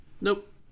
Nope